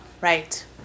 Right